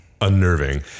unnerving